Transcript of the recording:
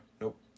Nope